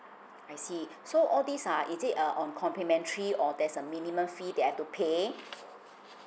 I see so all these uh is it a on complimentary or there's a minimum fee that I have to pay